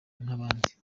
nk’abandi